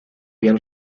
bien